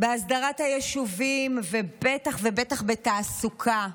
בהסדרת היישובים, ובטח ובטח בתעסוקה.